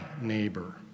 neighbor